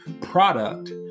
product